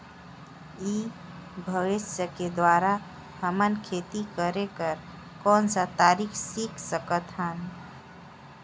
ई व्यवसाय के द्वारा हमन खेती करे कर कौन का तरीका सीख सकत हन?